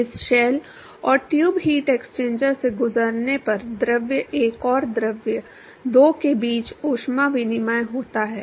इस शेल और tube heat exchanger से गुजरने पर द्रव एक और द्रव दो के बीच ऊष्मा विनिमय होता है